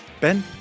Ben